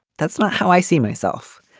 that's not how i see myself.